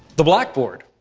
the blackboard.